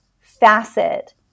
facet